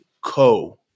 co